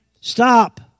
stop